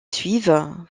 suivent